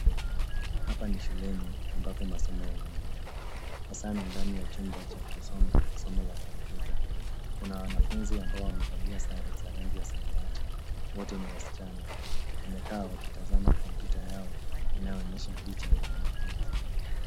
Hapa ni shuleni ambapo masomo yanaendelea , hasa ni ndani ya chumba cha kusoma somo la kompyuta. Kuna wanafunzi ambao wamevalia sare za rangi ya samawati , wote ni wasichana. Wamekaa wakitazama kompyuta yao inayoonyesha picha za wanafunzi.